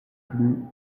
plus